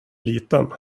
liten